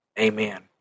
Amen